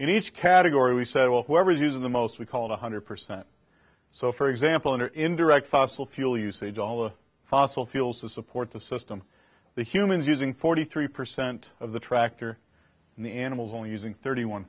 in each category we said well whoever is using the most we call one hundred percent so for example under indirect fossil fuel usage all the fossil fuels to support the system the humans using forty three percent of the tractor and the animals only using thirty one